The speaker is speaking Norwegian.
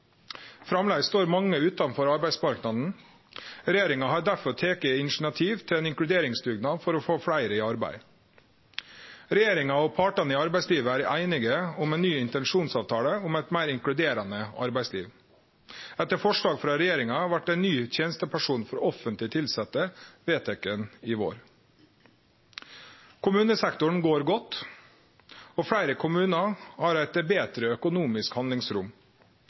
Framleis står for mange utanfor arbeidsmarknaden. Regjeringa har derfor teke initiativ til ein inkluderingsdugnad for å få fleire i jobb. Regjeringa og partane i arbeidslivet er einige om ein ny intensjonsavtale om eit meir inkluderande arbeidsliv. Etter forslag frå regjeringa vart ein ny tenestepensjon for offentleg tilsette vedteken i vår. Kommunesektoren går godt, og fleire kommunar har fått eit betre økonomisk handlingsrom.